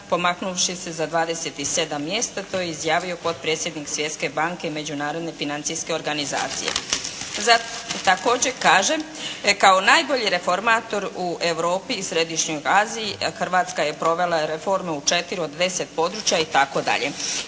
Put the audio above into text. pomaknuvši se za 27 mjesta. To je izjavio potpredsjednik Svjetske banke Međunarodne financijske organizacije. Također kaže, kao najbolji reformator u Europi i središnjoj Aziji Hrvatska je provela reforme u 4 od 10 područja itd.